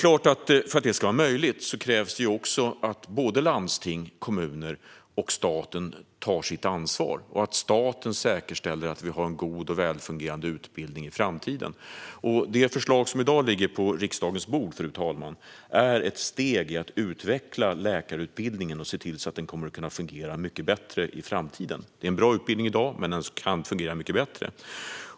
För att detta ska vara möjligt krävs också att landstingen, kommunerna och staten tar sitt ansvar samt att staten säkerställer att vi har en god och välfungerande utbildning i framtiden. Det förslag som i dag ligger på riksdagens bord, fru talman, är ett steg i att utveckla läkarutbildningen och se till att den kommer att kunna fungera mycket bättre i framtiden. Utbildningen är bra i dag, men den kan fungera mycket bättre.